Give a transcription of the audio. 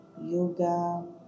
Yoga